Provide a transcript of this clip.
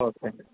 okay